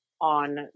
on